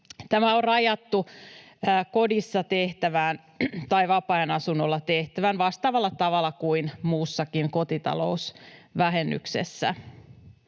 Tämä on rajattu kodissa tehtävään tai vapaa-ajan asunnolla tehtävään työhön vastaavalla tavalla kuin muussakin kotitalousvähennyksessä.